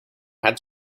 had